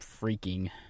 freaking